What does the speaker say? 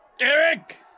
Eric